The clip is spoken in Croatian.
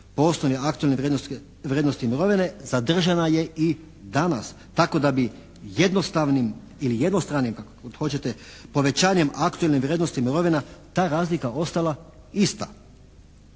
osnovi aktualne vrijednosti mirovine zadržana je i danas tako da bi jednostavnim ili jednostranim kako god hoćete, povećanjem aktualnih vrijednosti mirovina ta razlika ostala ista.